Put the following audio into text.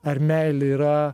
ar meilė yra